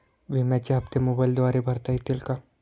विम्याचे हप्ते मोबाइलद्वारे भरता येतील का?